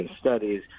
studies